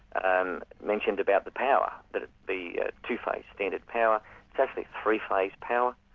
um mentioned about the power, that it be two-phase standard power it's actually three-phase power,